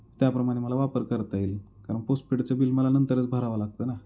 त्याप्रमाणे मला वापर करता येईल कारण पोस्टपेडचं बिल मला नंतरच भरावं लागतं ना